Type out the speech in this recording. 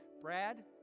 Brad